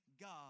God